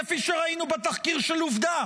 כפי שראינו בתחקיר של עובדה